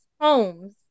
homes